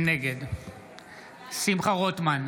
נגד שמחה רוטמן,